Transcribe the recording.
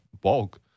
bulk